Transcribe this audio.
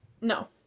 No